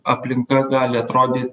aplinka gali atrodyt